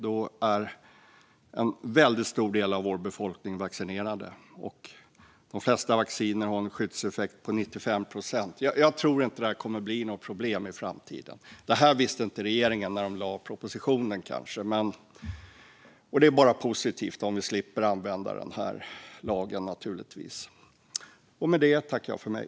Då är en väldigt stor del av vår befolkning vaccinerad, och de flesta vacciner har en skyddseffekt på 95 procent. Jag tror inte att detta kommer att bli något problem i framtiden. Detta visste kanske inte regeringen när man lade fram propositionen. Det är naturligtvis bara positivt om vi slipper använda den här lagen.